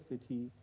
city